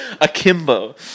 Akimbo